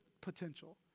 potential